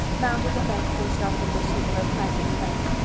mounted the fence, and started in pursuit of her frantic friend.